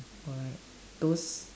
correct those